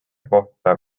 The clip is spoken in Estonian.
kohta